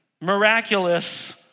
miraculous